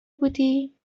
بودی